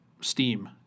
steam